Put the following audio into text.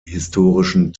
historischen